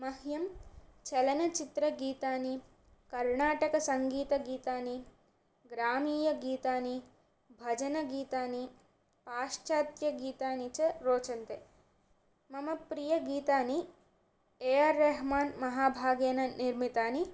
मह्यं चलनचित्रगीतानि कर्णाटकसङ्गीतगीतानि ग्रामीयगीतानि भजनगीतानि पाश्चात्यगीतानि च रोचन्ते मम प्रिय गीतानि ए आर् रेहमान्महाभागेन निर्मितानि